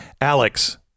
Alex